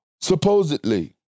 supposedly